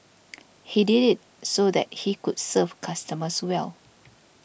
he did it so that he could serve customers well